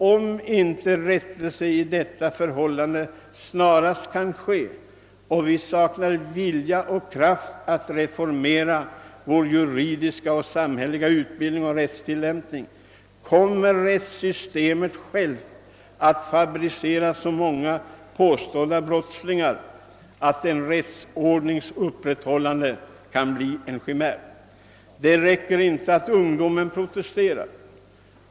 Om inte rättelse i detta förhållande snarast kan ske och om vi saknar vilja och kraft att reformera vår juridiska och samhälleliga utbildning och rättstillämpningen, kommer systemet självt att fabricera så många påstådda brottslingar att en rättsordnings upprätthållande kan bli en chimär. Det räcker inte att ungdomen protesterar.